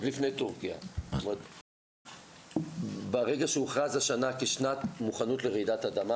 ברגע שהוכרזה השנה כשנת מוכנות לרעידת אדמה